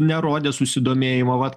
nerodė susidomėjimo vat